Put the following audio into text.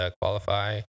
qualify